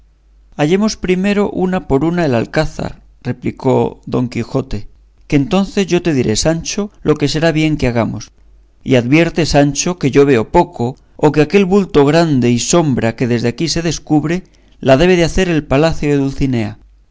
hallemos primero una por una el alcázar replicó don quijote que entonces yo te diré sancho lo que será bien que hagamos y advierte sancho que yo veo poco o que aquel bulto grande y sombra que desde aquí se descubre la debe de hacer el palacio de dulcinea